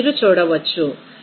244 2